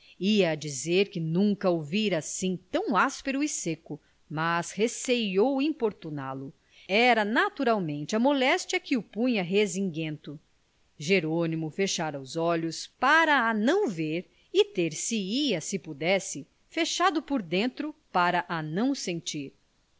a dizer que nunca o vira assim tão áspero e seco mas receou importuná lo era naturalmente a moléstia que o punha rezinguento jerônimo fechara os olhos para a não ver e ter se ia se pudesse fechado por dentro para a não sentir